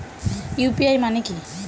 UPI মানে কি?